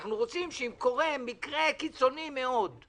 אנחנו רוצים שאם קורה מקרה קיצוני מאוד,